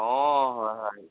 অ হয় হয়